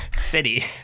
city